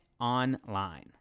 online